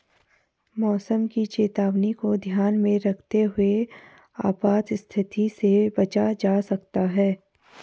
मौसम की चेतावनी को ध्यान में रखते हुए आपात स्थिति से बचा जा सकता है